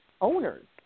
owners